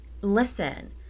Listen